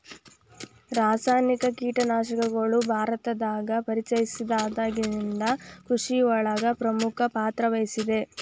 ರಾಸಾಯನಿಕ ಕೇಟನಾಶಕಗಳು ಭಾರತದಾಗ ಪರಿಚಯಸಿದಾಗನಿಂದ್ ಕೃಷಿಯೊಳಗ್ ಪ್ರಮುಖ ಪಾತ್ರವಹಿಸಿದೆ